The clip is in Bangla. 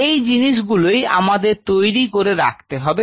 এই জিনিস গুলোই আমাদের তৈরি করে রাখতে হবে